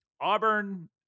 Auburn